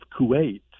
Kuwait